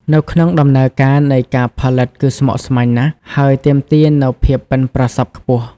នៅក្នុងដំណើរការនៃការផលិតគឺស្មុគស្មាញណាស់ ហើយទាមទារនូវភាពប៉ិនប្រសប់ខ្ពស់។